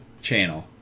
channel